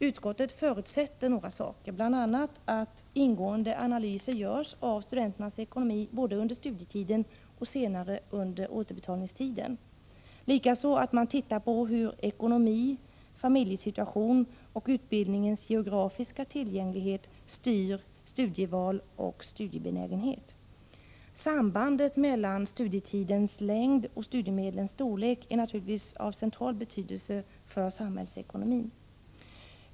Utskottet förutsätter bl.a. att ingående analyser görs av studenternas ekonomi både under studietiden och senare under återbetalningstiden, liksom att man tittar på hur ekonomi, familjesituation och utbildningens geografiska tillgänglighet styr studieval och studiebenägenhet. Sambandet mellan studietidens längd och studiemedlens storlek är naturligtvis av central betydelse för samhällsekonomin.